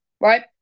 Right